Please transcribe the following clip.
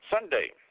Sunday